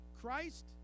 Christ